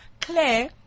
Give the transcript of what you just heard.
Claire